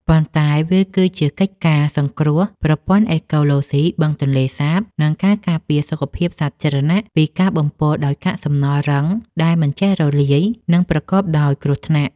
ប៉ុន្តែវាគឺជាកិច្ចការងារសង្គ្រោះប្រព័ន្ធអេកូឡូស៊ីបឹងទន្លេសាប និងការការពារសុខភាពសាធារណៈពីការបំពុលដោយកាកសំណល់រឹងដែលមិនចេះរលាយ និងប្រកបដោយគ្រោះថ្នាក់។